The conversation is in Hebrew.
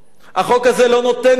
החוק הזה לא נותן פתרון.